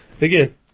Again